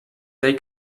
they